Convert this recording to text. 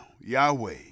Yahweh